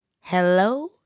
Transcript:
Hello